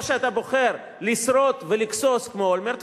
או שאתה בוחר לשרוד ולגסוס כמו אולמרט,